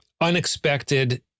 unexpected